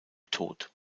tod